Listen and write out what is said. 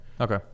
Okay